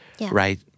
right